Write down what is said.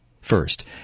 First